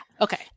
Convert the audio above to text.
Okay